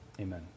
Amen